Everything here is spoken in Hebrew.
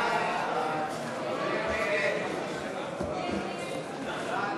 הצעת סיעת ישראל